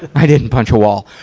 i didn't punch a wall.